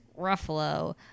Ruffalo